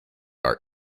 are